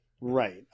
Right